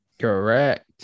Correct